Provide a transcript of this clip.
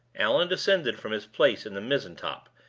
allan descended from his place in the mizzen-top,